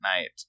night